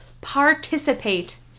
participate